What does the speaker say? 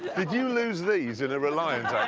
did you lose these in a reliant